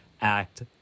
act